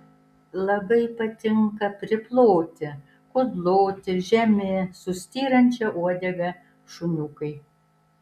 labai patinka priploti kudloti žemi su styrančia uodega šuniukai